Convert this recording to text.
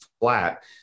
flat